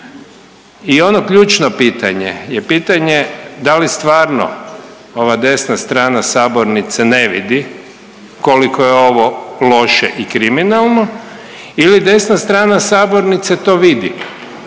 I ono ključno pitanje je pitanje da li stvarno ova desna strana sabornice ne vidi koliko je ovo loše i kriminalno ili desna strana sabornice to vidi,